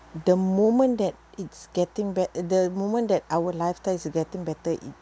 the moment that it's getting be~ the moment that our lifestyle is getting better